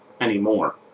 anymore